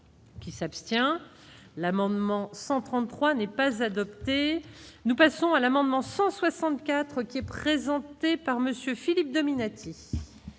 Qui s'abstient l'amendement 133 n'est pas adopté, nous passons à l'amendement 164 qui est présenté par Monsieur Philippe Dominati.